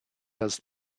does